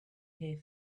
here